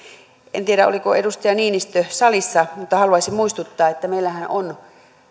en tiedä oliko edustaja niinistö salissa mutta haluaisin muistuttaa että meillähän on